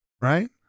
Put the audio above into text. right